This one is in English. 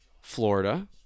Florida